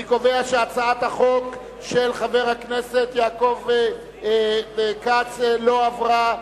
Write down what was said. אני קובע שהצעת החוק של חבר הכנסת יעקב כץ לא עברה.